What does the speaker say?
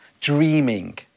dreaming